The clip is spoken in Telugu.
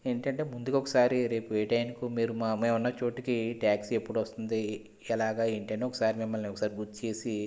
ఏంటంటే ముందుగా ఒకసారి రేపు ఏ టైంకి మీరు మా మేము ఉన్న చోటుకి టాక్సీ ఎప్పుడు వస్తుంది ఎలాగ ఏంటి అని ఒకసారి మిమ్మల్ని ఒకసారి గుర్తుచేసి